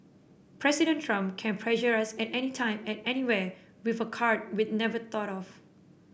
President Trump can pressure us at anytime at anywhere with a card we'd never thought of